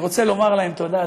אני רוצה לומר להם תודה,